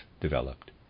developed